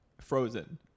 frozen